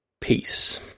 peace